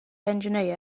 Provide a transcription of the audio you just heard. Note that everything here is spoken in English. engineer